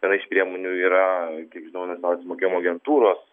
viena iš priemonių yra kiek žinau nacionalinės mokėjimo agentūros